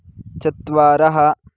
चत्वारः